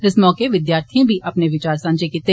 इस मौके विद्यार्थिएं बी अपने विचार सांझा कीते